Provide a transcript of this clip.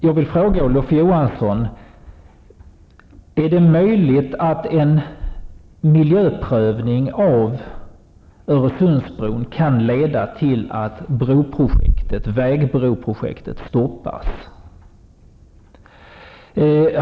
Jag vill fråga Olof Johansson: Är det möjligt att en miljöprövning av Öresundsbron kan leda till att vägbroprojektet stoppas?